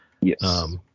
Yes